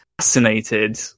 fascinated